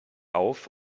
auf